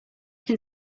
can